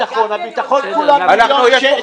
ואל תגידו לנו ביטחון, הביטחון כולה מיליון דולר.